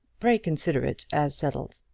pray consider it as settled.